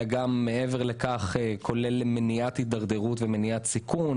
אלא גם מעבר לכך זה כולל מניעת התדרדרות ומניעת סיכון,